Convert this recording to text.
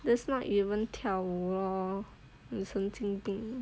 that's not even 跳舞 lor 你神经病